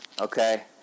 okay